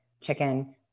chicken